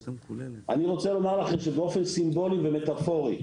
אני רוצה לומר לכם שבאופן סימבולי ומטפורי,